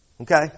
Okay